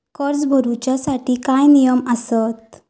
कर्ज भरूच्या साठी काय नियम आसत?